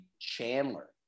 Chandler